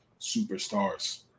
superstars